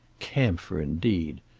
camphor, indeed!